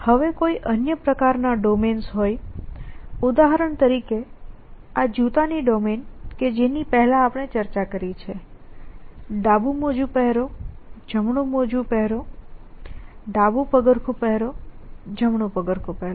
હવે કોઈ અન્ય પ્રકારનાં ડોમેન્સ હોય ઉદાહરણ તરીકે આ જૂતાની ડોમેન કે જેની પહેલા ચર્ચા કરી ડાબું મોજું પહેરો જમણું મોજું પહેરો ડાબું પગરખું પહેરો જમણું પગરખું પહેરો